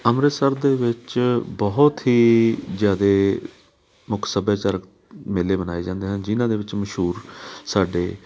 ਅੰਮ੍ਰਿਤਸਰ ਦੇ ਵਿੱਚ ਬਹੁਤ ਹੀ ਜ਼ਿਆਦਾ ਮੁੱਖ ਸੱਭਿਆਚਾਰਕ ਮੇਲੇ ਮਨਾਏ ਜਾਂਦੇ ਹਨ ਜਿਨ੍ਹਾਂ ਦੇ ਵਿੱਚ ਮਸ਼ਹੂਰ ਸਾਡੇ